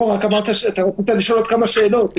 לא, רק אמרת שרצית לשאול עוד כמה שאלות.